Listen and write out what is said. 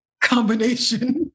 combination